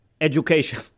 education